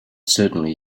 certainly